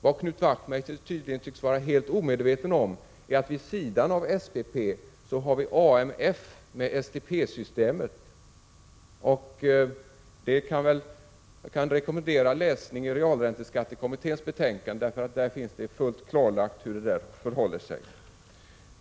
Vad Knut Wachtmeister tycks vara helt omedveten om är att vid sidan av SPP har vi AMF med STP-systemet. Jag kan rekommendera Knut Wachtmeister att läsa realränteskattekommitténs betänkande, för där beskrivs hur det förhåller sig.